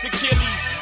Achilles